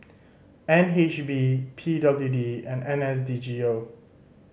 N H B P W D and N S D G O